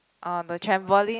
on the trampoline